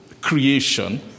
creation